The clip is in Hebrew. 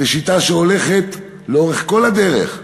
זאת השיטה שהולכת לאורך כל הדרך.